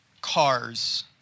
cars